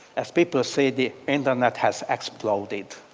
as people say, the internet has exploded.